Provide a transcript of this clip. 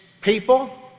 people